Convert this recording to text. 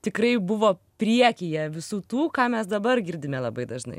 tikrai buvo priekyje visų tų ką mes dabar girdime labai dažnai